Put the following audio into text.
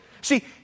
See